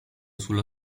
sullo